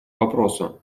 вопросу